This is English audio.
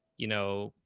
you know,